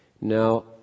Now